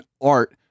art